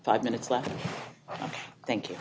five minutes left thank you